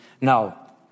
now